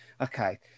Okay